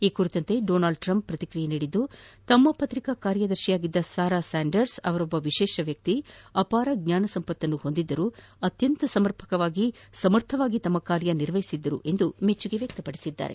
ಈ ಕುರಿತಂತೆ Donald Trump ಪ್ರತಿಕ್ರಿಯೆ ನೀಡಿದ್ದು ತಮ್ಮ ಪತ್ರಿಕಾ ಕಾರ್ಯದರ್ಶಿಯಾಗಿದ್ದ ಸಾರಾ ಅವರೊಬ್ಬ ವಿಶೇಷ ವ್ಯಕ್ತಿ ಅಪಾರ ಜ್ವಾನ ಸಂಪತ್ತನ್ನು ಹೊಂದಿದ್ದರು ಅತ್ಯಂತ ಸಮರ್ಥವಾಗಿ ಕಾರ್ಯ ನಿರ್ವಹಿಸಿದ್ದಾರೆ ಎಂದು ಮೆಚ್ಚುಗೆ ವ್ಚಕ್ತ ಪಡಿಸಿದ್ದಾರೆ